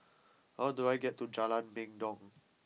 how do I get to Jalan Mendong